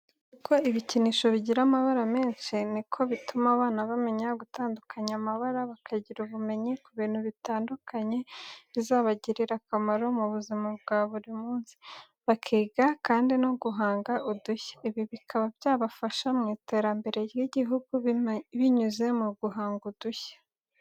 Uko ibikinisho bigira amabara menshi, niko bituma abana bamenya gutandukanya amabara bakagira ubumenyi ku bintu bitandukanye bizabagirira akamaro mu buzima bwa buri munsi, bakiga kandi no guhanga udushya. Ibi bikaba byafasha mu iterambere ry'igihugu binyuze mu guhanga udushya.